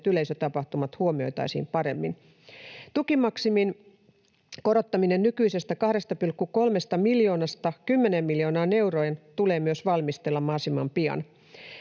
yleisötapahtumat huomioitaisiin paremmin. Tukimaksimin korottaminen nykyisestä 2,3 miljoonasta 10 miljoonaan euroon tulee myös valmistella mahdollisimman pian.